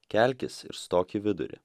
kelkis ir stok į vidurį